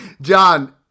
John